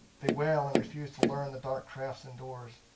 they wail and refuse to learn the dark crafts indoors,